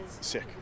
Sick